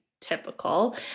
typical